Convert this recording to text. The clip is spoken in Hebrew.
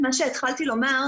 מה שהתחלתי לומר,